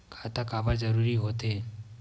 खाता काबर जरूरी हो थे?